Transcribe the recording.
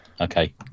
Okay